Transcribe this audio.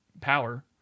power